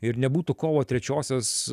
ir nebūtų kovo trečiosios